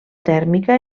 tèrmica